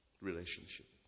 relationship